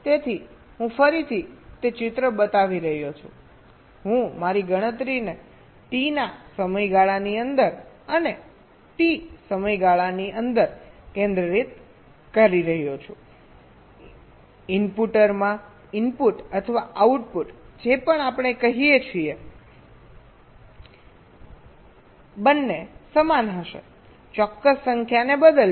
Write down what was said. તેથી હું ફરીથી તે ચિત્ર બતાવી રહ્યો છું કે હું મારી ગણતરીને T ના સમયગાળાની અંદર અને T સમયગાળાની અંદર કેન્દ્રિત કરી રહ્યો છું ઇનવટરમાં ઇનપુટ અથવા આઉટપુટ જે પણ આપણે કહીએ છીએ બંને સમાન હશે ચોક્કસ સંખ્યાને બદલશે